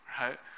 right